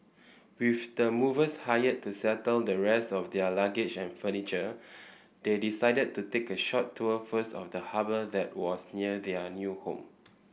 with the movers hired to settle the rest of their luggage and furniture they decided to take a short tour first of the harbour that was near their new home